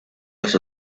las